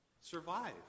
survive